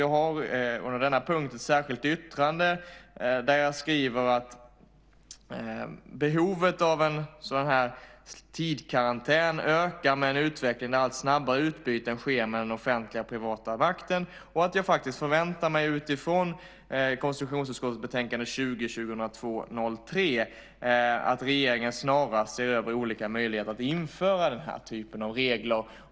Jag har under denna punkt ett särskilt yttrande där jag skriver att behovet av en tidskarantän ökar med en utveckling där allt snabbare utbyten sker mellan den offentliga och privata makten och att jag faktiskt, utifrån konstitutionsutskottets betänkande 2002/03:20, förväntar mig att regeringen snarast ser över olika möjligheter att införa den typen av regler.